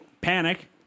panic